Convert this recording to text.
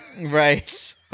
Right